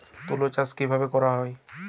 তুলো চাষ কিভাবে করা হয়?